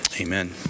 Amen